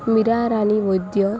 Mirarani Vaidya